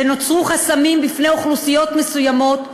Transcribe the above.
ונוצרו חסמים בפני קבוצות אוכלוסייה מסוימות,